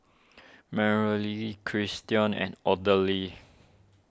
Marley Christion and Odile